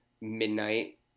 midnight